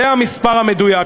זה המספר המדויק.